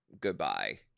Goodbye